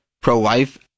pro-life